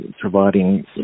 providing